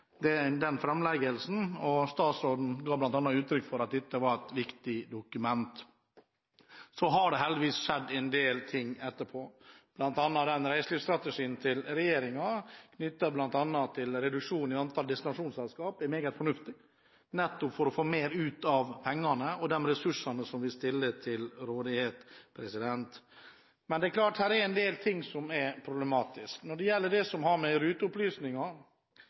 og statsråden ga bl.a. uttrykk for at dette var et viktig dokument. Så har det heldigvis skjedd en del ting etterpå, bl.a. har vi fått reiselivsstrategien til regjeringen om reduksjon i antallet destinasjonsselskaper, noe som er meget fornuftig, nettopp for å få mer ut av pengene og de ressursene vi stiller til rådighet. Men det er klart at noe er